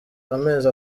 amezi